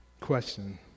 question